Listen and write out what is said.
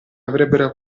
avrebbero